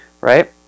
right